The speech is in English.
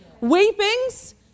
weepings